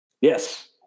Yes